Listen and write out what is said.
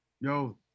Yo